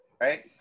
Right